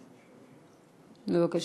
בבקשה.